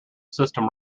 system